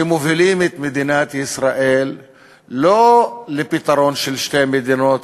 שמובילים את מדינת ישראל לא לפתרון של שתי מדינות,